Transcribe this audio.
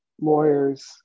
lawyers